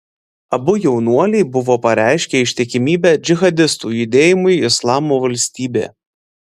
abu jaunuoliai buvo pareiškę ištikimybę džihadistų judėjimui islamo valstybė